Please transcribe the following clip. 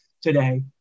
today